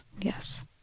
Yes